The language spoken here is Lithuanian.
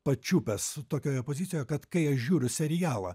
pačiupęs tokioje pozicijoje kad kai aš žiūriu serialą